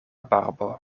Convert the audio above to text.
barbo